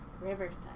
Riverside